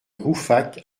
rouffach